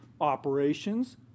operations